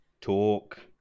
Talk